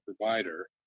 provider